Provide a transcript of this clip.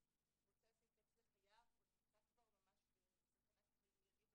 לשים קץ לחייו או נמצא כבר ממש בסכנת חיים מיידית,